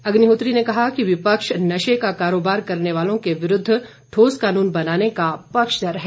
अग्निहोत्री ने कहा कि विपक्ष नशे का कारोबार करने वालों के विरूद्व ठोस कानून बनाने का पक्षघर है